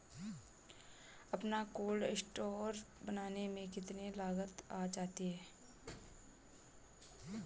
अपना cold store बनाने में कितनी लागत आ जाती है?